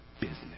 business